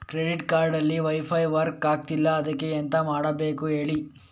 credit card ಅಲ್ಲಿ wifi work ಆಗ್ತಿಲ್ಲ ಅದ್ಕೆ ಎಂತ ಮಾಡಬೇಕು ಹೇಳಿ